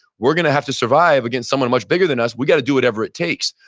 we're going to have to survive against someone much bigger than us, we've got to do whatever it takes.